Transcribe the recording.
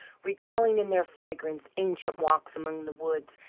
recalling, in their fragrance, ancient walks among the woods,